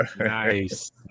nice